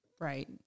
right